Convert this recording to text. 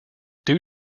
due